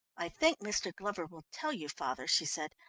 i think mr. glover will tell you, father, she said.